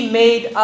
made